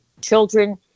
children